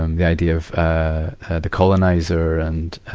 um the idea of, ah, ah the colonizer and,